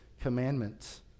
commandments